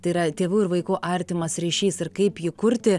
tai yra tėvų ir vaikų artimas ryšys ir kaip jį kurti